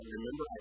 Remember